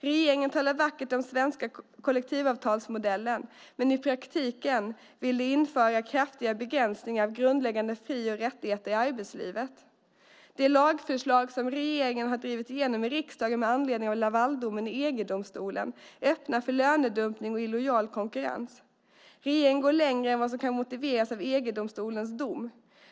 Regeringen talar vackert om den svenska kollektivavtalsmodellen, men i praktiken vill man införa kraftiga begränsningar av grundläggande fri och rättigheter i arbetslivet. Det lagförslag som regeringen har drivit igenom i riksdagen med anledning av Lavaldomen i EG-domstolen öppnar för lönedumpning och illojal konkurrens. Regeringen går längre än vad som kan motiveras av EG-domstolens dom.